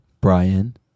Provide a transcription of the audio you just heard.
brian